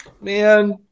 man